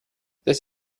this